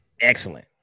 Excellent